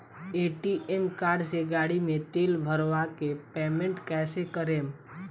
ATM card से गाड़ी मे तेल भरवा के पेमेंट कैसे करेम?